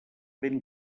vent